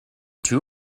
two